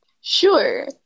Sure